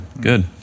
good